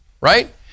right